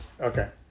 Okay